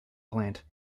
plant